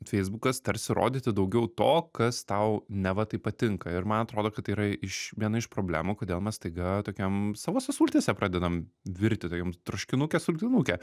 feisbukas tarsi rodyti daugiau to kas tau neva tai patinka ir man atrodo kad tai yra iš viena iš problemų kodėl mes staiga tokiam savose sultyse pradedam virti tokiam troškinuke sultinuke